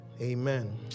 amen